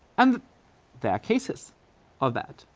and there are cases of that,